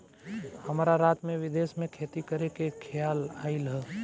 हमरा रात में विदेश में खेती करे के खेआल आइल ह